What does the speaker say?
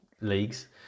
leagues